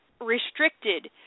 restricted